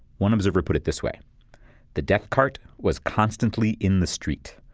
one observer put it this way the death cart was constantly in the street.